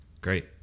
Great